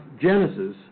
Genesis